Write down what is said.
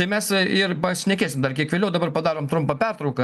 tai mes ir pašnekėsim dar kiek vėliau dabar padarom trumpą pertrauką